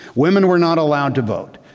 women were not allowed to vote.